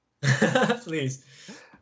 Please